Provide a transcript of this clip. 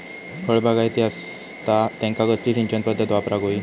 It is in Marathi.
फळबागायती असता त्यांका कसली सिंचन पदधत वापराक होई?